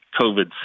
COVID